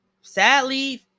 Sadly